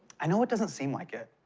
i know it doesn't seem like it,